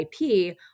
IP